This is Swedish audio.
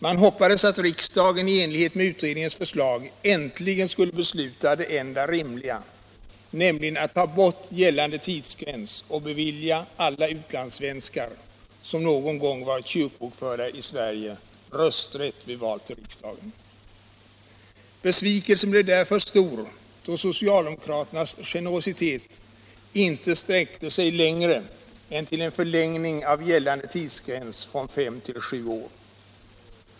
Man hoppades att riksdagen i enlighet med utredningens förslag äntligen skulle besluta det enda rimliga, nämligen att ta bort gällande tidsgräns och bevilja alla utlandssvenskar, som någon gång varit kyrkobokförda i Sverige, rösträtt vid val till riksdagen. Besvikelsen blev därför stor då socialdemokraternas generositet inte sträckte sig längre än till en förlängning av gällande tidsgräns från fem till sju år.